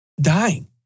Dying